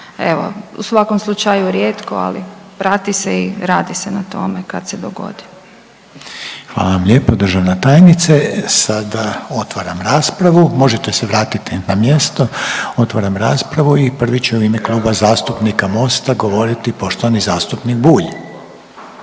evo u svakom slučaju rijetko, ali prati se i radi se na tome kad se dogodi. **Reiner, Željko (HDZ)** Hvala vam lijepo državna tajnice. Sada otvaram raspravu, možete se vratiti na mjesto, otvaram raspravu i prvi će u ime Kluba zastupnika MOST-a govoriti poštovani zastupnik Bulj.